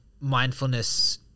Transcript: mindfulness